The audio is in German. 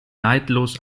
neidlos